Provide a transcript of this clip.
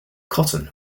cotton